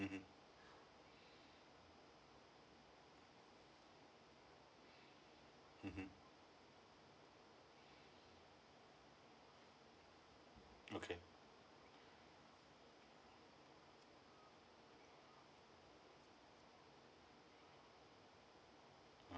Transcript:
mmhmm mmhmm okay